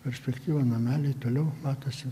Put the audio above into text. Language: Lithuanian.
perspektyvoj nameliai toliau matosi